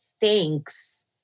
thanks